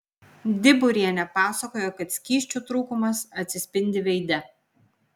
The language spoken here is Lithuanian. diburienė pasakojo kad skysčių trūkumas atsispindi veide